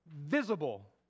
visible